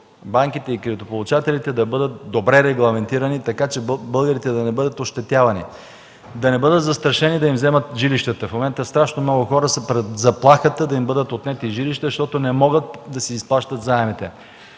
банките и кредитополучателите да бъдат добре регламентирани, така че българите да не бъдат ощетявани, да не бъдат застрашени да им вземат жилищата. В момента страшно много хора са под заплахата да им бъдат отнети жилищата, защото не могат да си изплащат заемите.